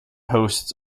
hosts